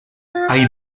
hay